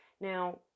Now